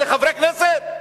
אלה חברי כנסת?